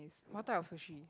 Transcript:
what type of sushi